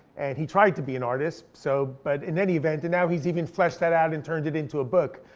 and he tried to be an artist. so but in any event, and now he's even fleshed that out and turned it into a book,